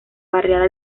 barriada